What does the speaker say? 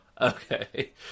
Okay